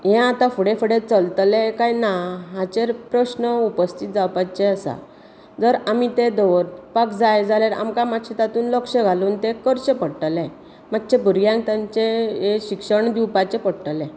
हे आता फुडें फुडें चलतलें कांय ना हाचेर प्रस्न उपस्थित जावपाचे आसात जर आमी ते दवरपाक जाय जाल्यार आमकां मातशें तातूंत लक्ष घालून ते करचें पडटले मातशें भुरग्यांक तांचे हे शिक्षण दिवपाचे पडटले